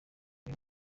uyu